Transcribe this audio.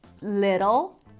Little